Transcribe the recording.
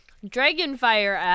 Dragonfire